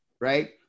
Right